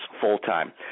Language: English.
full-time